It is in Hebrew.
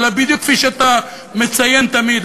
אלא בדיוק כפי שאתה מציין תמיד,